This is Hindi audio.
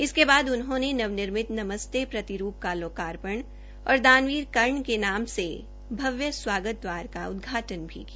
इसके बाद उन्होने नव निर्मित नमस्ते प्रतिरूप का लोकार्पण और दानीवी कर्ण का नाम से भव्य स्वागत द्वार का उदधाटन भी किया